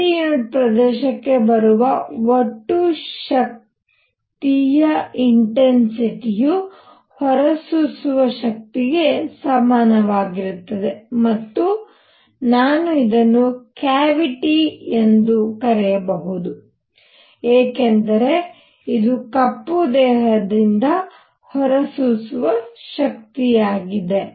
ಪ್ರತಿ ಯುನಿಟ್ ಪ್ರದೇಶಕ್ಕೆ ಬರುವ ಒಟ್ಟು ಶಕ್ತಿಯ ಇನ್ಟೆನ್ಸಿಟಿಯು ಹೊರಸೂಸುವ ಶಕ್ತಿಗೆ ಸಮನಾಗಿರುತ್ತದೆ ಮತ್ತು ನಾನು ಇದನ್ನು ಕ್ಯಾವಿಟಿ ಎಂದು ಬರೆಯಬಹುದು ಏಕೆಂದರೆ ಇದು ಕಪ್ಪು ದೇಹದ ಹೊರಸೂಸುವ ಶಕ್ತಿಯಾಗಿದೆ